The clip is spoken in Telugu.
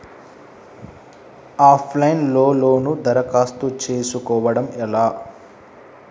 ఆఫ్ లైన్ లో లోను దరఖాస్తు చేసుకోవడం ఎలా?